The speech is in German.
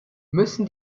müssen